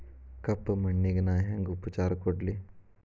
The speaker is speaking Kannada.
ಕಪ್ಪ ಮಣ್ಣಿಗ ನಾ ಹೆಂಗ್ ಉಪಚಾರ ಕೊಡ್ಲಿ?